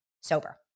sober